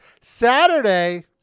Saturday